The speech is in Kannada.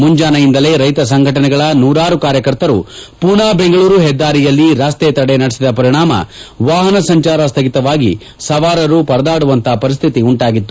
ಮುಂಜಾನೆಯಿಂದಲೇ ರೈತ ಸಂಘಟನೆಗಳ ನೂರಾರು ಕಾರ್ಯಕರ್ತರು ಪೂನಾ ಬೆಂಗಳೂರು ಹೆದ್ದಾರಿಯಲ್ಲಿ ರಸ್ತೆ ತಡೆ ನಡೆಸಿದ ಪರಿಣಾಮ ವಾಹನ ಸಂಚಾರ ಸ್ದಗಿತವಾಗಿ ಸವಾರರು ಪರದಾಡುವಂತಹ ಪರಿಸ್ಟಿತಿ ಉಂಟಾಗಿತ್ತು